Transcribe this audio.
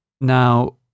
Now